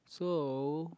so